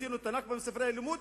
הוצאנו את ה"נכבה" מספרי הלימוד,